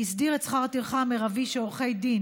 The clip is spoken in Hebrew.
הסדיר את שכר הטרחה המרבי שעורכי דין